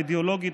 האידיאולוגית,